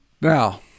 Now